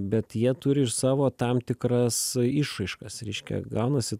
bet jie turi ir savo tam tikras išraiškas reiškia gaunasi